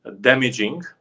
damaging